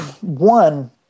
One